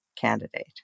candidate